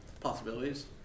possibilities